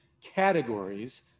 categories